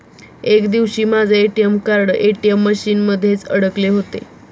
एक दिवशी माझे ए.टी.एम कार्ड ए.टी.एम मशीन मध्येच अडकले होते